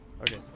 Okay